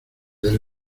del